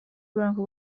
برانکو